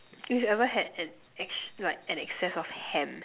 you've ever had an like an excess of ham